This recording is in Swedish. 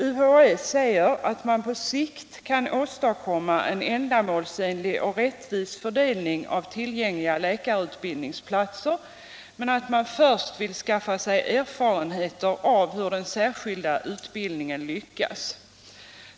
UHÄ säger att man på sikt kan åstadkomma en ändamålsenlig och rättvis fördelning av tillgängliga läkarutbildningsplatser, men att man först vill skaffa sig erfarenheter av hur den särskilda utbildningen lyckas.